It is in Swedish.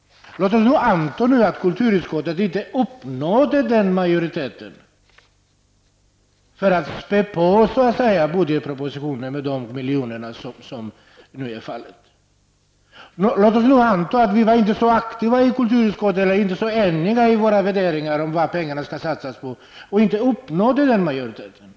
Låt oss anta att kulturutskottet inte uppnådde den majoritet som behövdes för att så att säga spä på förslaget i budgetpropositionen med de aktuella miljonerna. Låt oss anta att vi i kulturutskottet inte var så aktiva eller så eniga i våra värderingar om vad pengarna skall satsas på och därför inte uppnådde den majoriteten.